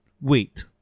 wait